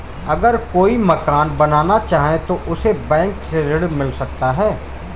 अगर कोई मकान बनाना चाहे तो उसे बैंक से ऋण मिल सकता है?